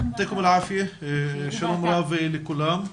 שלום רב לכולם,